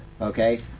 Okay